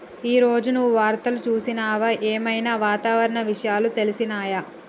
ఈ రోజు నువ్వు వార్తలు చూసినవా? ఏం ఐనా వాతావరణ విషయాలు తెలిసినయా?